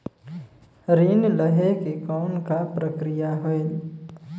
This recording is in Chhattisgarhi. ऋण लहे के कौन का प्रक्रिया होयल?